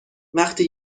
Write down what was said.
وقتی